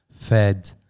fed